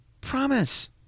promise